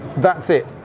that's it,